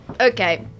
okay